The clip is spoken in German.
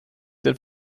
den